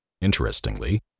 Interestingly